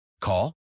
Call